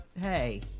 Hey